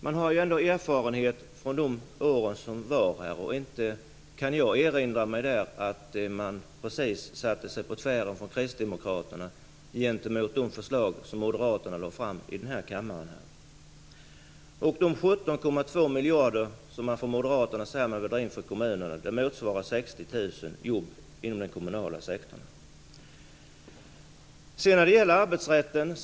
Vi har ju ändå erfarenhet från de år då det var borgerlig regering. Inte kan jag erinra mig att man då satte sig på tvären precis från Kristdemokraternas sida mot de förslag som Moderaterna lade fram i kammaren. De 17,2 miljarder som Moderaterna vill dra in från kommunerna, motsvarar 60 000 jobb inom den kommunala sektorn. Sedan gäller det arbetsrätten.